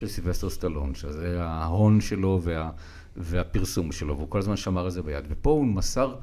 סילבסטר סטלון, ‫שזה ההון שלו והפרסום שלו, ‫והוא כל הזמן שמר את זה ביד, ‫ופה הוא מסר...